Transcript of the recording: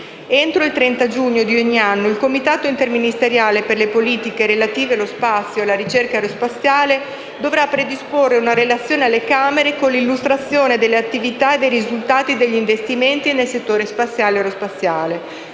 Entro il 30 giugno di ogni anno il Comitato interministeriale per le politiche relative allo spazio e alla ricerca aerospaziale dovrà predisporre una relazione alle Camere con l'illustrazione delle attività e dei risultati degli investimenti nel settore spaziale e aerospaziale.